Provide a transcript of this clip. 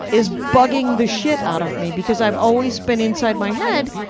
is bugging the shit out of me. because i've always been inside my head,